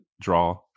draw